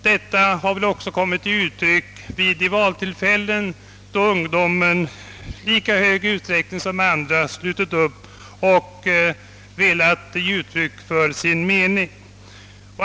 Detta har kommit till uttryck vid de valtillfällen då ungdomen har slutit upp i lika stor utsträckning som andra och velat ge uttryck för sin mening.